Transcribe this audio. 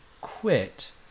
quit